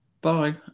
bye